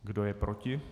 Kdo je proti?